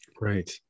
right